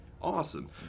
Awesome